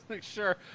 Sure